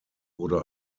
wurde